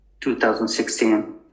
2016